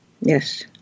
Yes